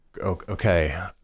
okay